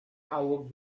awoke